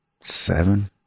seven